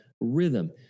rhythm